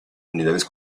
unidades